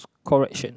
correction